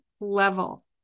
level